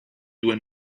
due